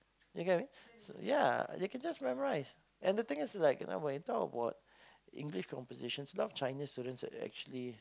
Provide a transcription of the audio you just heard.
you get what I mean so ya they can just memorise and the thing is like you know when talk about English compositions a lot of China students are actually